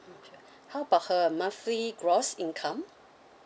how about her monthly gross income